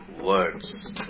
words